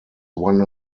one